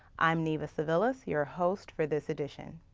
i'm nirva civilus, your host for this edition.